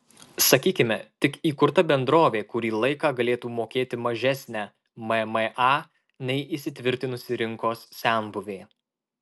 sakykime tik įkurta bendrovė kurį laiką galėtų mokėti mažesnę mma nei įsitvirtinusi rinkos senbuvė